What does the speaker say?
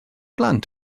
blant